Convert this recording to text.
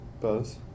Buzz